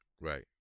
Right